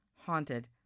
haunted